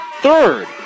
third